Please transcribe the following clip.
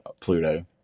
Pluto